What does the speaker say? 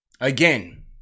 again